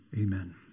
amen